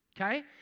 Okay